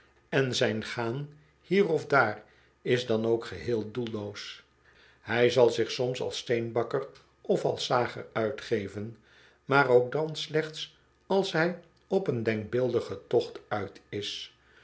en zijn gaan hier of daar is dan ook geheel doelloos hij zal zich soms als steenbakker of als zager uitgeven maar ook dan slechts als hij op een denkbeeldigen tocht uit is